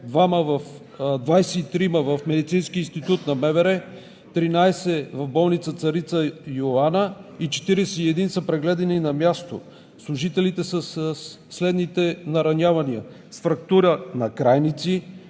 23 в Медицинския институт на МВР, 13 в болница „Царица Йоанна“ и 41 са прегледани на място. Служителите са със следните наранявания: фрактура на крайници,